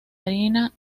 harina